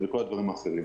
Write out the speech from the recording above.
וכל הדברים האחרים.